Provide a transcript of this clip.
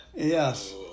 Yes